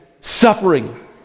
suffering